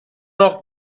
noch